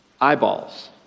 eyeballs